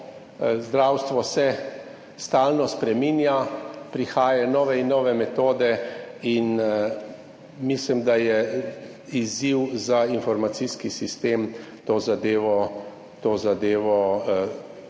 zdravstvo se stalno spreminja, prihajajo nove in nove metode in mislim, da je izziv za informacijski sistem to zadevo to